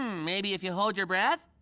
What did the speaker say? maybe if you hold your breath.